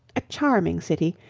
a charming city,